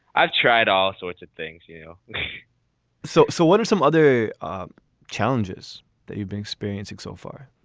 i've tried all sorts of things you know so. so what are some other challenges that you've been experiencing so far